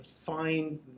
find